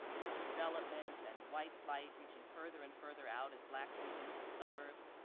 with development and white flight reaching further and further out as blacks moved into the suburbs,